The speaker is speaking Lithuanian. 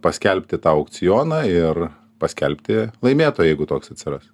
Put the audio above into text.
paskelbti tą aukcioną ir paskelbti laimėtoją jeigu toks atsiras